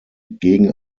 gegen